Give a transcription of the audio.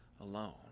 alone